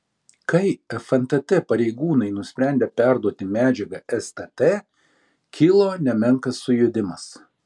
kai fntt pareigūnai nusprendė perduoti medžiagą stt kilo nemenkas sujudimas